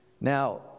Now